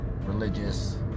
religious